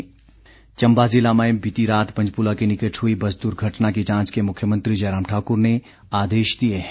बस हादसा चम्बा ज़िला में बीती रात पंजपुला के निकट हुई बस दुर्घटना की जांच के मुख्यमंत्री जयराम ठाकुर ने आदेश दिए हैं